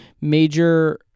major